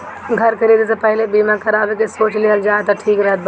घर खरीदे से पहिले बीमा करावे के सोच लेहल जाए तअ ठीक रहत बाटे